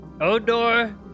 Odor